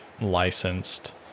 licensed